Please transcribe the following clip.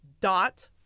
dot